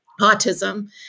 autism